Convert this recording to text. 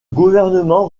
gouvernement